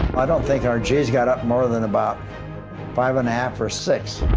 i don't think our g's got up more than about five and a half or six.